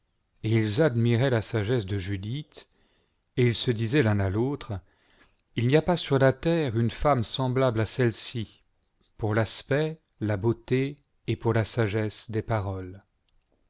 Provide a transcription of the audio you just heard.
et ils admiraient la sagesse de judith et ils se disaient l'un à l'autre il n'y a pas sur la terre une femme semblable à celle-ci pour l'aspect la beauté ou pour la sagesse des paroles